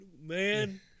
man